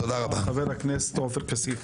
תודה רבה, חבר הכנסת עופר כסיף.